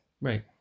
Right